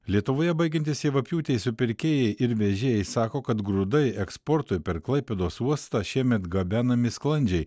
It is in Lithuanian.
lietuvoje baigiantis javapjūtei supirkėjai ir vežėjai sako kad grūdai eksportui per klaipėdos uostą šiemet gabenami sklandžiai